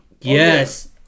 Yes